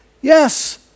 Yes